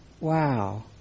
Wow